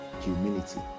Humility